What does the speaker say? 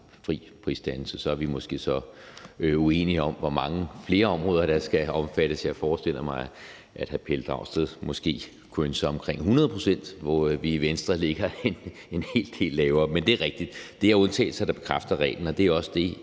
fri prisdannelse. Så er vi så måske uenige om, hvor mange flere områder der skal omfattes. Jeg forestiller mig, at hr. Pelle Dragsted måske kunne ønske sig omkring 100 pct., hvor vi i Venstre ligger en hel del lavere. Men det er rigtigt, at der er undtagelser, der bekræfter reglen, og det er også det,